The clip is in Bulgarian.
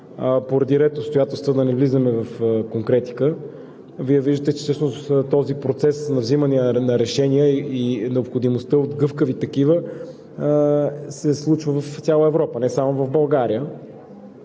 поради ред обстоятелства, да не влизаме в конкретика. Вие виждате, че този процес на взимане на решения и необходимостта от гъвкави такива се случва в цяла Европа, не само в България.